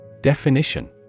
Definition